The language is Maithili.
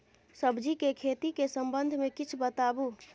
सब्जी के खेती के संबंध मे किछ बताबू?